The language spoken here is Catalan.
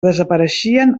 desapareixien